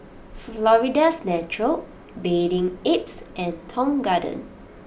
Florida's Natural Bathing Apes and Tong Garden